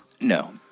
No